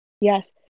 yes